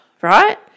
right